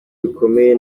bikomeye